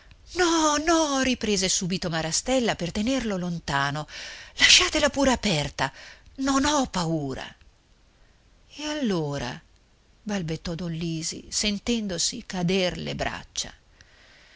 no no riprese subito marastella per tenerlo lontano lasciatela pure aperta non ho paura e allora balbettò don lisi sentendosi cader le braccia